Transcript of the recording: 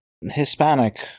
Hispanic